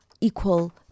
equal